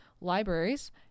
libraries